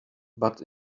but